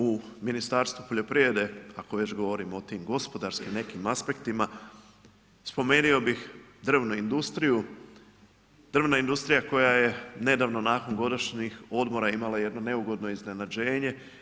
U Ministarstvu poljoprivrede ako već govorimo o tim gospodarskim nekim aspektima spomenuo bih drvnu industriju, drvna industrija koja je nedavno nakon godišnjih odmora imala jedno neugodno iznenađenje.